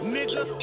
Nigga